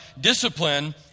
discipline